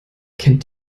kennt